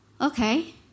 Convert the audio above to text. Okay